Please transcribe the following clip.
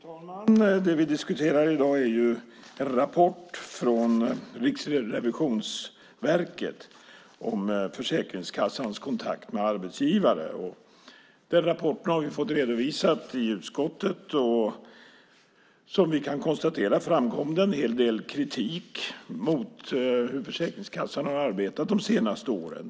Fru talman! Det vi diskuterar i dag är en rapport från Riksrevisionsverket om Försäkringskassans kontakt med arbetsgivare. Vi har fått rapporten redovisad i utskottet. Som vi kan konstatera framkom en hel del kritik mot hur Försäkringskassan har arbetat under de senaste åren.